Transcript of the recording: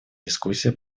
дискуссия